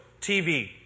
TV